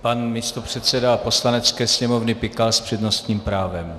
Pan místopředseda Poslanecké sněmovny Pikal s přednostním právem.